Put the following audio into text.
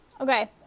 Okay